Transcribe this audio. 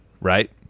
right